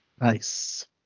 Nice